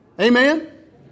Amen